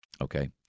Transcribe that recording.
okay